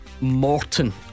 Morton